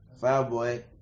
Fireboy